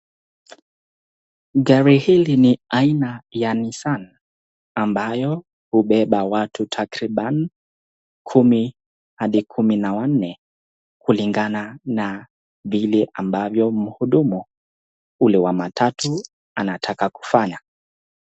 Gari hili ni aina ya nissan ,ambayo hubeba watu takriban kumi hadi kumi na wanne, kulingana na bili ambapo muhudumu ule wa matatu anataka kufanya.